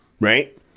Right